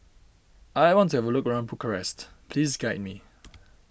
I want to have a look around Bucharest please guide me